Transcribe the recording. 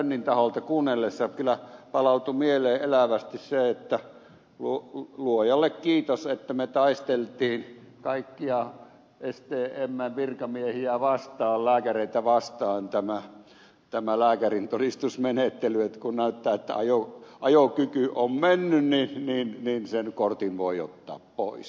rönnin taholta kuunnellessa palautui mieleen elävästi se että luojalle kiitos että me taistelimme kaikkia stmn virkamiehiä vastaan lääkäreitä vastaan tässä lääkärintodistusmenettelyssä että kun näyttää että ajokyky on mennyt niin sen kortin voi ottaa pois